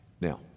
Now